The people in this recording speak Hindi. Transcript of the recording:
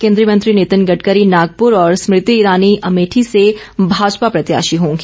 केंद्रीय मंत्री नितिन गडकरी नागपुर और स्मृति ईरानी अमेठी से भाजपा प्रत्याशी होंगी